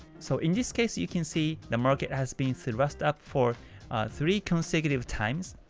so in this case, you can see the market has been thrust up for three consecutive times.